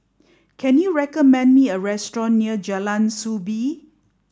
can you recommend me a restaurant near Jalan Soo Bee